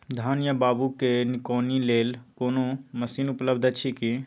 धान या बाबू के निकौनी लेल कोनो मसीन उपलब्ध अछि की?